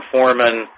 Foreman